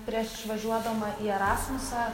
prieš išvažiuodama į erasmusą